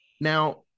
Now